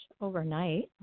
overnight